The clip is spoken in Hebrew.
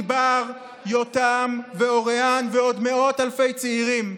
ענבר, יותם ואוריאן ועוד מאות אלפי צעירים,